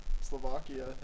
Slovakia